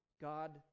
God